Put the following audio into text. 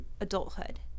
adulthood